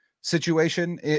situation